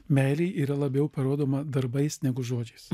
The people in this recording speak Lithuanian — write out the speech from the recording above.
meilė yra labiau parodoma darbais negu žodžiais